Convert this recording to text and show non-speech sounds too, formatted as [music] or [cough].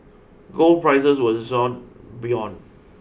gold prices were [unintelligible] buoyant